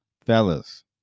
Fellas